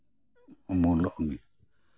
ᱩᱢᱩᱞᱚᱜ ᱜᱮᱭᱟ